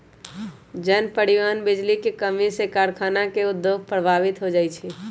जन, परिवहन, बिजली के कम्मी से कारखाना के उद्योग प्रभावित हो जाइ छै